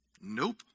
Nope